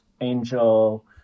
Angel